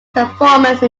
performance